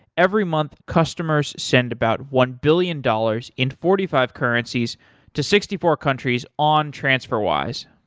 every month, customers send about one billion dollars in forty five currencies to sixty four countries on transferwise.